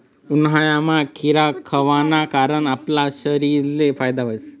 उन्हायामा खीरा खावाना कारण आपला शरीरले फायदा व्हस